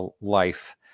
life